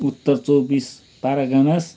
उत्तर चौबिस पर्गनास्